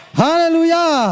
hallelujah